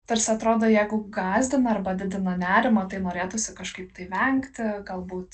tarsi atrodo jeigu gąsdina arba didina nerimą tai norėtųsi kažkaip tai vengti galbūt